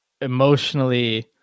emotionally